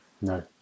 no